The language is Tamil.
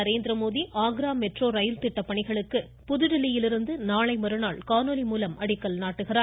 நரேந்திரமோடி ஆக்ரா மெட்ரோ ரயில் திட்டப்பணிகளுக்கு புதுதில்லியிலிருந்து நாளை மறுநாள் காணொலி மூலம் அடிக்கல் நாட்டுகிறார்